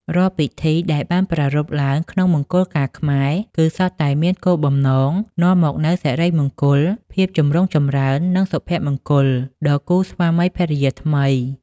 រាល់ពិធីដែលបានប្រារព្ធឡើងក្នុងមង្គលការខ្មែរ គឺសុទ្ធតែមានគោលបំណង នាំមកនូវសិរីមង្គល ភាពចម្រុងចម្រើន និងសុភមង្គល ដល់គូស្វាមីភរិយាថ្មី ។